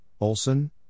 Olson